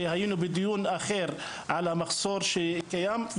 שהיינו בדיון אחר על המחסור שקיים,